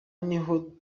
niho